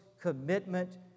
commitment